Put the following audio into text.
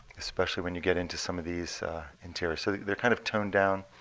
especially when you get into some of these interiors. so they're kind of toned down.